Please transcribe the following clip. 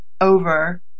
over